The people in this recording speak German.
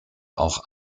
auch